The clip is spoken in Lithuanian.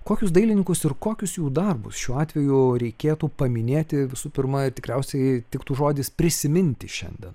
kokius dailininkus ir kokius jų darbus šiuo atveju reikėtų paminėti visų pirma tikriausiai tiktų žodis prisiminti šiandien